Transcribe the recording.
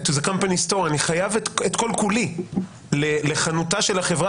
אני חייב את כל-כולי לחנותה של החברה.